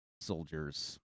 soldiers